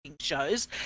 shows